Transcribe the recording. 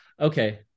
okay